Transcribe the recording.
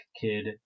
kid